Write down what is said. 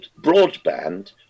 broadband